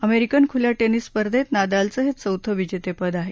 American खुल्या tennis स्पर्धेत नदालचं हे चौथं विजेतेपद आहे